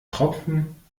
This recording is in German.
tropfen